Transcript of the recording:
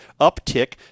uptick